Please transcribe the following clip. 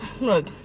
look